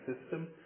system